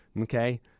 okay